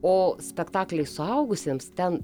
o spektaklį suaugusiems ten